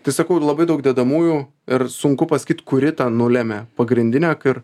tai sakau ir labai daug dedamųjų ir sunku pasakyt kuri ta nulemia pagrindinė kur